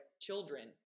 children